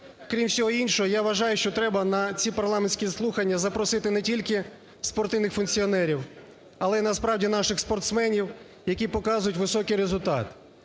Крім всього іншого, я вважаю, що треба на ці парламентські слухання запросити не тільки спортивних функціонерів, але й насправді наших спортсменів, які показують високий результат.